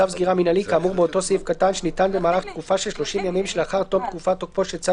צו סגירה מינהלי כאמור באותו סעיף קטן שניתן במהלך תקופה של 30 ימים